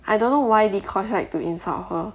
I don't know why dee-kosh like to insult her